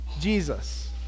Jesus